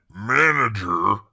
Manager